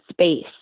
space